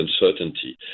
uncertainty